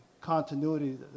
continuity